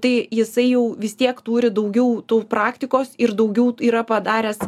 tai jisai jau vis tiek turi daugiau tų praktikos ir daugiau yra padaręs